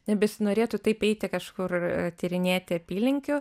nebesinorėtų taip eiti kažkur tyrinėti apylinkių